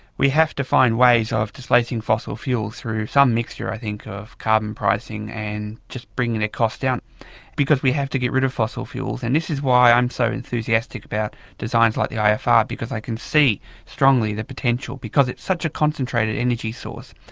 we have to find ways of displacing fossil fuels through some mixture i think of carbon pricing and just bringing the cost down because we have to get rid of fossil fuels. and this is why i'm so enthusiastic about designs like the ifr because i can see strongly the potential, because it's such a concentrated energy source,